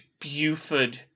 Buford